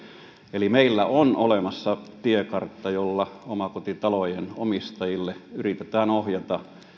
eli meillä on olemassa tiekartta jolla omakotitalojen omistajia yritetään ohjata